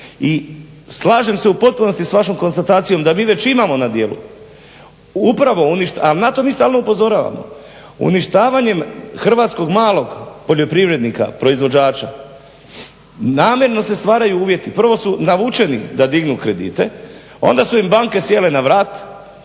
i slažem se u potpunosti s vašom konstatacijom da mi već imamo na djelu upravo oni, a na to mi stalno upozoravamo. Uništavanjem hrvatskog malog poljoprivrednika, proizvođača namjerno se stvaraju uvjeti, prvo su navučeni da dignu kredite, onda su im banke sjele na vrat,